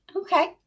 Okay